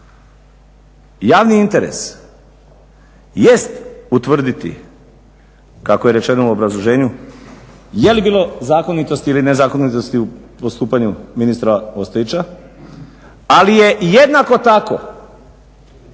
Javni interes jest utvrditi kako je rečeno u obrazloženju je li bilo zakonitosti ili nezakonitosti u postupanju ministra Ostojića, ali je jednako tako